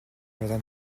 jardin